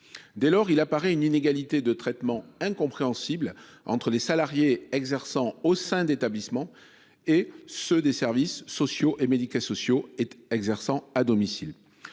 dès lors, une inégalité de traitement incompréhensible entre les salariés exerçant au sein d'établissements et ceux des services sociaux et médico-sociaux exerçant à domicile.